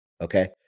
Okay